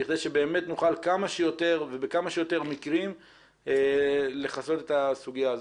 בכדי שבאמת נוכל כמה שיותר ובכמה שיותר מקרים לכסות את הסוגיה הזאת?